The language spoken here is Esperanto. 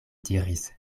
diris